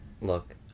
Look